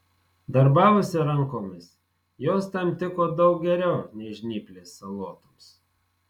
darbavosi rankomis jos tam tiko daug geriau nei žnyplės salotoms